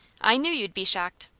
i knew you'd be shocked.